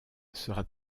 sera